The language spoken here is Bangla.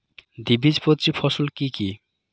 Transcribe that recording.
দ্বিবীজপত্রী ফসল কি কি?